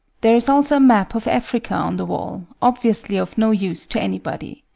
there is also a map of africa on the wall, obviously of no use to anybody.